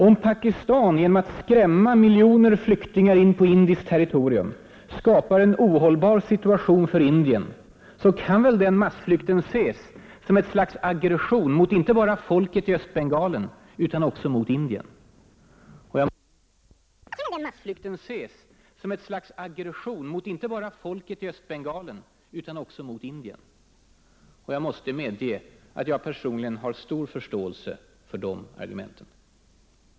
Om Pakistan genom att skrämma miljoner flyktingar in på indiskt territorium skapar en ohållbar situation för Indien kan väl den massflykten anses som ett slags aggression mot inte bara folket i Östbengalen utan också mot Indien. Och jag måste medge att jag personligen har stor förståelse för de argumenten.